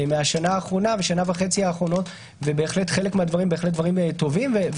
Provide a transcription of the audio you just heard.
מהשנה וחצי האחרונות וחלק מהדברים טובים,